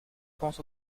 pense